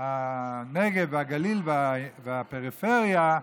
הנגב והגליל והפריפריה,